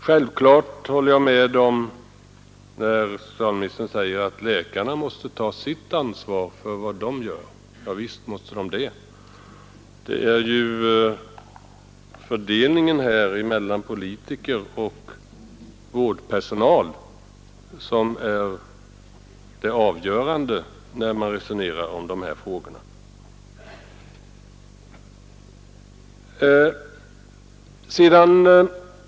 Självfallet håller jag med socialministern när han säger att läkarna måste ta sitt ansvar för vad de gör. Visst måste de det; men det är ansvarsfördelningen mellan politiker och vårdpersonal som är det avgörande, när man resonerar om dessa frågor.